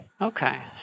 Okay